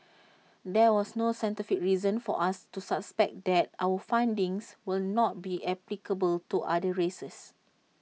there was no scientific reason for us to suspect that our findings will not be applicable to other races